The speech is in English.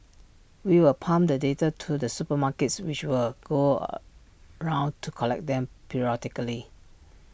we will pump the data to the supermarkets which will go A round to collect them periodically